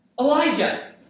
Elijah